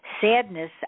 sadness